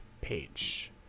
page